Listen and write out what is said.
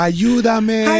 Ayúdame